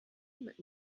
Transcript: mit